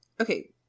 okay